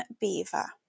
Beaver